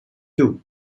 two